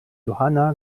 johanna